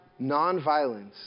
Nonviolence